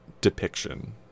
depiction